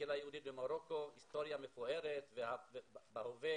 לקהילה היהודית במרוקו היסטוריה מפוארת בעבר ובהווה,